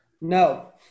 No